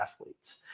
athletes